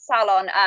salon